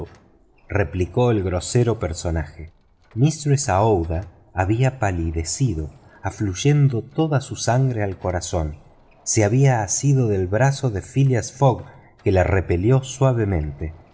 replicó el grosero personaje mistress aouida había palidecido afluyendo toda su sangre al corazón se había asido del brazo de phileas fogg que la repelió suavemente